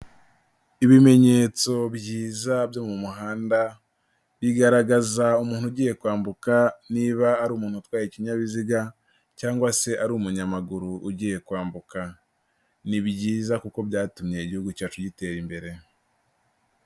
Ibimenyetso byiza byo mu muhanda bigaragaza umuntu ugiye kwambuka niba ari umuntu utwaye ikinyabiziga, cyangwa se ari umunyamaguru ugiye kwambuka, ni byiza kuko byatumye igihugu cyacu gitera imbere.